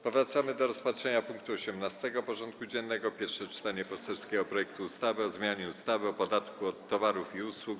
Powracamy do rozpatrzenia punktu 18. porządku dziennego: Pierwsze czytanie poselskiego projektu ustawy o zmianie ustawy o podatku od towarów i usług.